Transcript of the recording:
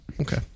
okay